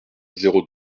zéro